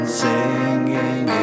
singing